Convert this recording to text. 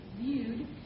viewed